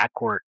backcourt